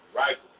right